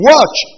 Watch